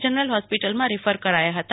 general હોસ્પિટલમાં refer કરાયા હતા